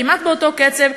כמעט באותו קצב,